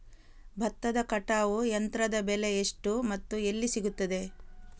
ಭತ್ತದ ಕಟಾವು ಯಂತ್ರದ ಬೆಲೆ ಎಷ್ಟು ಮತ್ತು ಎಲ್ಲಿ ಸಿಗುತ್ತದೆ?